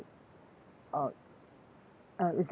um um is that good for you